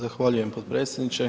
Zahvaljujem potpredsjedniče.